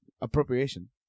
Appropriation